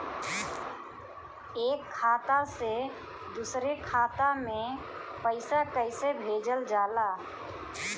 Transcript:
एक खाता से दुसरे खाता मे पैसा कैसे भेजल जाला?